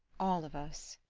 all of us.